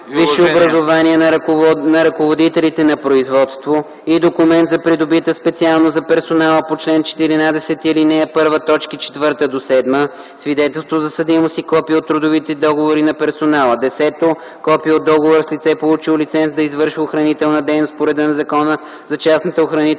висше образование на ръководителите на производство и документ за придобита специалност за персонала по чл. 14, ал. 1, т. 4-7, свидетелство за съдимост и копие от трудовите договори на персонала; 10. копие от договора с лице, получило лиценз да извършва охранителна дейност по реда на Закона за частната охранителна